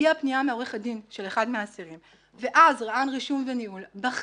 הגיעה פנייה מעורך הדין של אחד מהאסירים ואז רע"ן ניהול ורישום